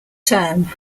term